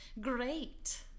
great